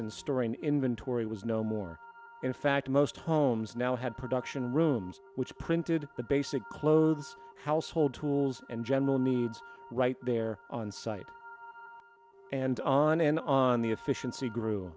and storing inventory was no more in fact most homes now had production rooms which printed the basic clothes household tools and general needs right there on site and on and on the efficiency grew